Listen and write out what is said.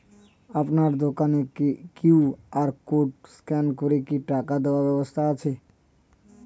আপনার দোকানে QR code scan করে কি টাকা দেওয়ার ব্যবস্থা আছে?